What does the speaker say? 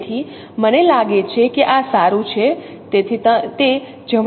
તેથી મને લાગે છે કે આ સારું છે